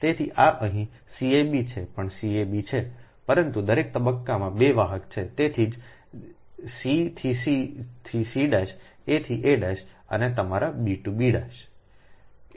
તેથી આ અહીં cab છે પણ cab છે પરંતુ દરેક તબક્કામાં 2 વાહક છે તેથી જ c થી c થી c a થી a અને તમારા b ટૂ b